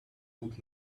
good